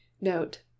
Note